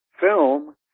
film